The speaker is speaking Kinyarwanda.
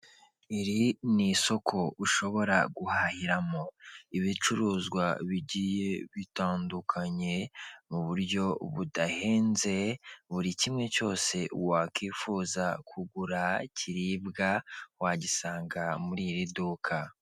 Iri ni isoko ushobora guhahiramo ibicuruzwa bigiye bitandukanye, mu buryo budahenze buri kimwe cyose wakwifuza kugura kiribwa wagisanga muri iri duka.